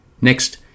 Next